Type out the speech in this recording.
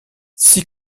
six